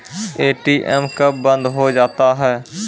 ATM कब बंद हो जाता हैं?